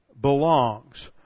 belongs